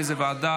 בעד,